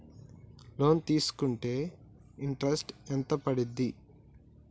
Loan తీస్కుంటే interest ఎంత పడ్తది?